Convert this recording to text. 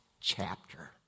chapter